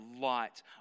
light